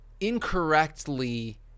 incorrectly